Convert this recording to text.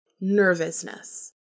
nervousness